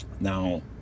Now